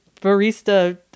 barista